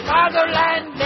Fatherland